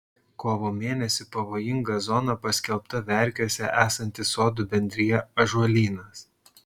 kovo mėnesį pavojinga zona paskelbta verkiuose esanti sodų bendrija ąžuolynas